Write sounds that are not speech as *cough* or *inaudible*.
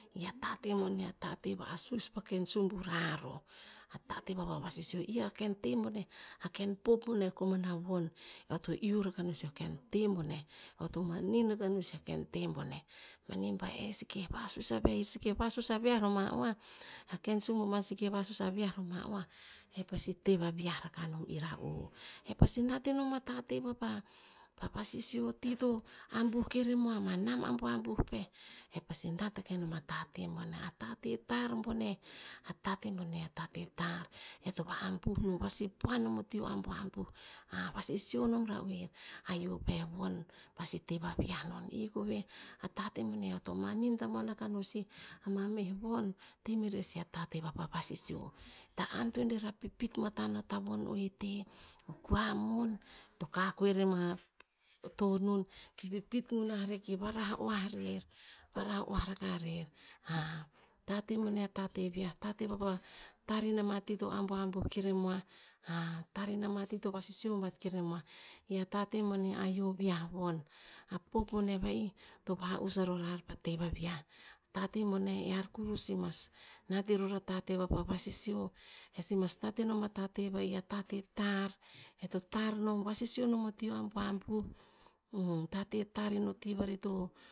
I tate boneh a tate vasus pa ken suburar o, a tate vapa vasisio, i a ken te boneh, a ken pop boneh koman a von. Eo to iu raka no sih o ken te boneh, eo to manin akah no sih o ken te boneh, manih bah e si keh vasuis aviah, ir sikeh vasus aviah roma oah, a ken subumoah si keh vasus aviah ro ma oah, epasi te vaviah rakah nom ira'u. E pasi nat inom a tate vapa, vasisio o ti to abuh keremoah, ma nam abuabuh peh. E pasi nat akah inom a tate boneh. A tate boneh a tate tar, e to va abuh nom, e to vasipoan nom o ti abuabuh, vasisio nom ra oer, a yio peh von pasi te va viah non. I koveh a tate boneh eoto manin tamoan akah no sih, mameh von, temerer sih a tate vapa vasisio. Ta antoen rer a pipit matan o tavon oete, o kua mon to kakoe rema tonun, ki pipit gunah rer, ki varah oah rer, varah oah rakah rer, *hesitation* tate boneh a tate viah, tate vapa tar ina ma ti to abuabuh keremoah. *hesitation* Tar i nama ti to vasisio bat keno moah, i a tate boneh, a hio viah von. A pop boneh va'ih to va'us arorar pa teva vi'ah. Tate boneh ear kurus simas, nat iror a tate vapa vasisio, e si mas nat inom a tate va'ih a tate tar, e to tar nom, e to vasisio nom o ti o abuabuh. *hesitation* tate tar ino ti vari to